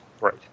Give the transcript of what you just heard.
right